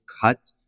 cut